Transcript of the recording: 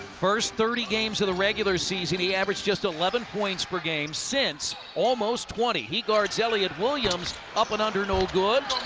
first thirty games of the regular season, he averaged just eleven points per game. since, almost twenty. he guards elliott williams, up and under no good.